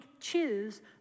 choose